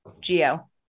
Geo